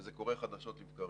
וזה קורה חדשות לבקרים,